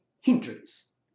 hindrance